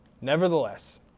nevertheless